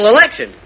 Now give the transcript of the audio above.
election